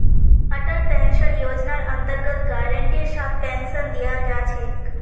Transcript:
Atal pension योजनार अन्तर्गत गारंटीर साथ पेन्शन दीयाल जा छेक